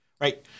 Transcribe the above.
right